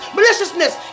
Maliciousness